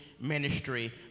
ministry